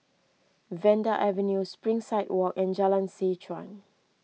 Vanda Avenue Springside Walk and Jalan Seh Chuan